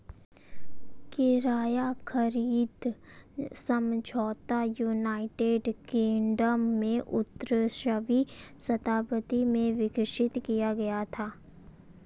किराया खरीद समझौता यूनाइटेड किंगडम में उन्नीसवीं शताब्दी में विकसित किया गया था